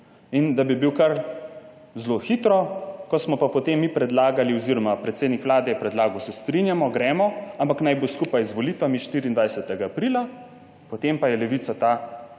in da bi bil kar zelo hitro. Ko smo pa potem mi predlagali oziroma predsednik Vlade je predlagal, se strinjamo, gremo, ampak naj bo skupaj z volitvami 24. aprila, potem pa je Levica ta